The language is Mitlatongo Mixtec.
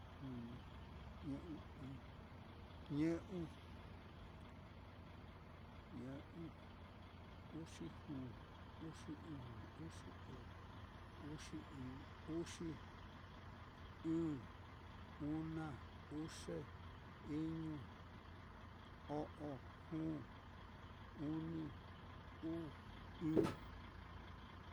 Ñe'u uni, ñe'u ɨ́ɨ́n, ñe'u, ñe'u, uxi juu, uxi uni, uxi uu, uxi ɨ́ɨ́n, uxi, ɨ̄ɨ̱n, una, uxe, iñu, o'on, juu uni, uu, ɨ́ɨ́n